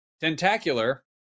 Tentacular